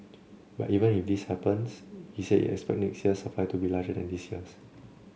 but even if this happens he said he expects next year's supply to be larger than this year's